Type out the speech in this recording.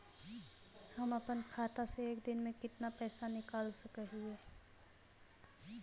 हम अपन खाता से एक दिन में कितना पैसा निकाल सक हिय?